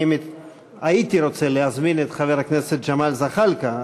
הייתי רוצה להזמין את חבר הכנסת ג'מאל זחאלקה,